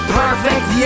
perfect